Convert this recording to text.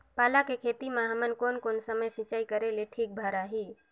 पाला के खेती मां हमन कोन कोन समय सिंचाई करेले ठीक भराही?